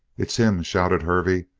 it's him! shouted hervey.